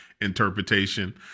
interpretation